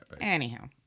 Anyhow